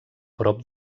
prop